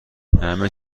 همه